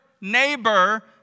neighbor